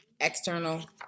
External